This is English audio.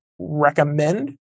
Recommend